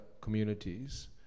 communities